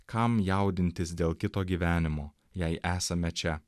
kam jaudintis dėl kito gyvenimo jei esame čia